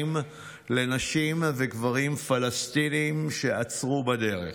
מים לנשים וגברים פלסטינים שעצרו בדרך,